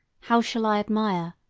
how shall i admire,